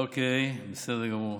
אוקיי, בסדר גמור.